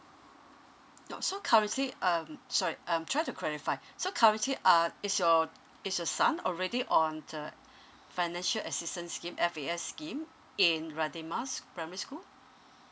now so currently um sorry um trying to clarify so currently uh is your is your son already on the financial assistance scheme F_A_S scheme in radin mas primary school